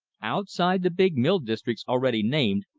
outside the big mill districts already named,